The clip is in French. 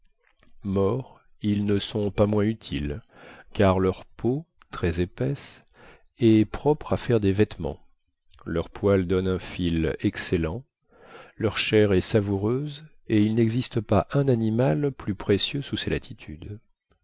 morts ils ne sont pas moins utiles car leur peau très épaisse est propre à faire des vêtements leurs poils donnent un fil excellent leur chair est savoureuse et il n'existe pas un animal plus précieux sous ces latitudes